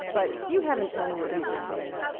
but, you haven't told me what you've been doing.